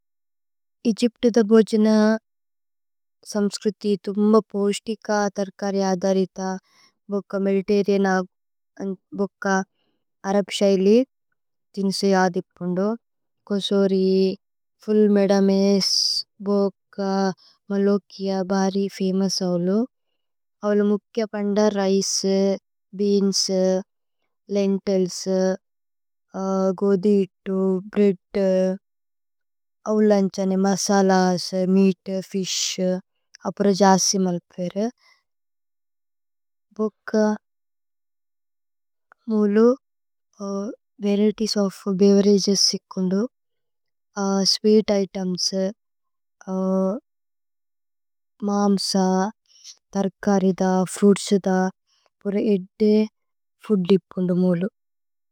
ഏഗ്യ്പ്തദ ബോജന സമ്സ്ക്രിതി ഥുമ്മ പോശ്തിക തര്കരി। അദരിത ബോക മിലിതരിന ബോക അരബ്। ശൈലി ദിന്സു യദിപുന്ദു കോസോരി ഫുല് മേദമേസ് ബോക। മലോകിഅ ബാരി ഫമോഉസവലു അവലു മുക്കിഅ പന്ദ രിചേ ബേഅന്സ്, ലേന്തില്സ്, ഗോദി ഇത്തു, ബ്രേഅദ്, അവുലന്ഛനേ। മസലസ്, മേഅത്, ഫിശ്, അപുര ജസി മല്പേരേ ഭോക। മോലു വരിഏതിഏസ് ഓഫ് ബേവേരഗേസ്। ഇകുന്ദു സ്വീത് ഇതേമ്സ്, മാമ്സ, തര്കരിത। ഫ്രുഇത്സിത, അപുര ഏദ്ദേ, ഫൂദ് ദിപുന്ദു മോലു।